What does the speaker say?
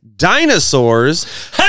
Dinosaurs